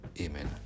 Amen